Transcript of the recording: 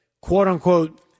quote-unquote